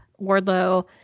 Wardlow